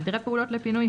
סדרי פעולות לפינוי,